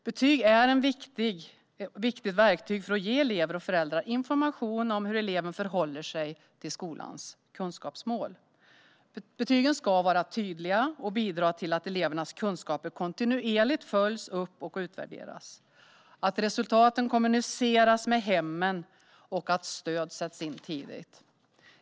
Betyg är ett viktigt verktyg för att ge elever och föräldrar information om hur eleven förhåller sig till skolans kunskapsmål. Betygen ska vara tydliga och bidra till att elevernas kunskaper kontinuerligt följs upp och utvärderas, att resultaten kommuniceras med hemmen och att stöd sätts in tidigt.